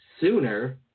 sooner